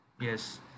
Yes